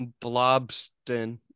Blobston